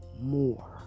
more